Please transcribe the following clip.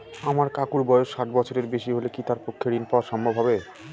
আমার কাকুর বয়স ষাট বছরের বেশি হলে কি তার পক্ষে ঋণ পাওয়া সম্ভব হবে?